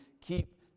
keep